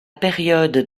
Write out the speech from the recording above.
période